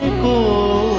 go